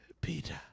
Peter